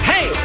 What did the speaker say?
Hey